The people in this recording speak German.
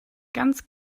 ganz